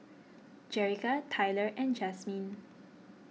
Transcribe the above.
Jerica Tyler and Jasmyne